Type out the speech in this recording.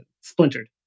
splintered